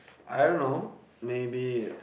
I don't know maybe it's